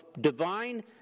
divine